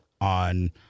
on